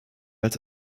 als